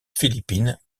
philippine